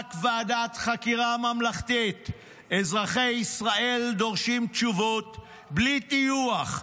רק ועדת חקירה ממלכתית --- אזרחי ישראל דורשים תשובות בלי טיוח,